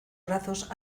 brazos